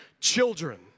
children